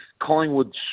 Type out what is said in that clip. Collingwood